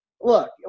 look